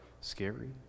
scary